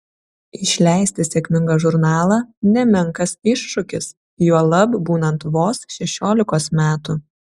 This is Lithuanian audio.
išleisti sėkmingą žurnalą nemenkas iššūkis juolab būnant vos šešiolikos metų